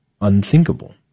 unthinkable